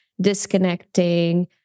disconnecting